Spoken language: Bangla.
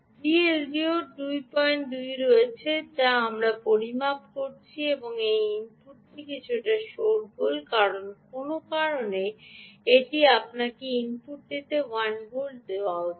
VLDO 22 এ রয়েছে যা আমরা পরিমাপ করেছি এবং ইনপুটটি কিছুটা শোরগোল কারণ কোনও কারণে এটি আপনাকে ইনপুটটিতে 1 ভোল্ট দেওয়ার উচিত